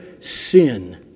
sin